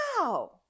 Wow